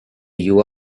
you